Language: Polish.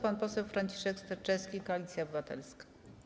Pan poseł Franciszek Sterczewski, Koalicja Obywatelska.